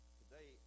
today